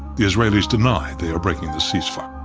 the israelis deny they are breaking the cease-fire.